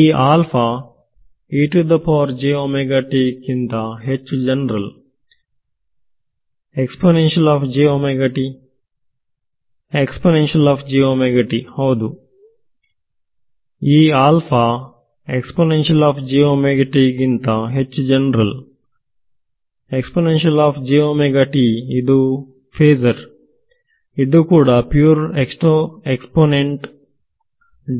ಈ ಗಿಂತ ಹೆಚ್ಚು ಜನರಲ್ಇದು ಫೇಜಾರ್ ಇದು ಕೂಡ ಪ್ಯೂರ್ ಎಕ್ಸ್ಪೋನೆಂಟ್